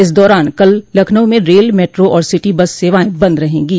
इस दौरान कल लखनऊ में रेल मेट्रो और सिटी बस सेवाएं बंद रहेंगो